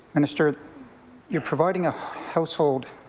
ministers you're providing a household